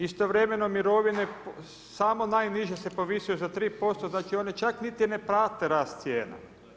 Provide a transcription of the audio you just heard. Istovremeno mirovine samo najniže se povisuju za 3% znači oni čak niti ne prate rast cijena.